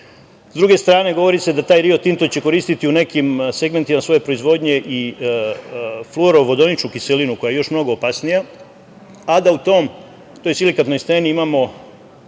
druge strane govori se da će taj „Rio Tinto“, da će koristiti u nekim segmentima svoje proizvodnje i hlorovodoničnu kiselinu koja je još mnogo opasnija, a da u toj silikatnoj steni imamo